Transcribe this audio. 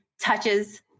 touches